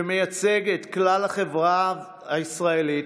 שמייצג את כלל החברה הישראלית,